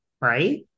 right